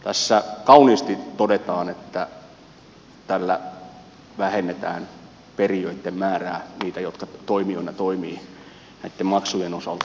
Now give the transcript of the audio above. tässä kauniisti todetaan että tällä vähennetään perijöitten määrää niitä jotka toimijoina toimivat näitten maksujen osalta